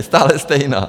Stále stejná.